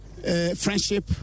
friendship